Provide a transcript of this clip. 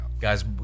guys